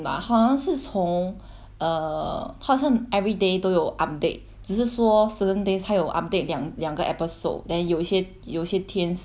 err 他好像 everyday 都有 update 只是说 certain days 他有 update 两两个 episode then 有一些有些天是 update 一个 episode 这样子 lor